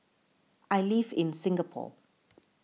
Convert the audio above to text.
I live in Singapore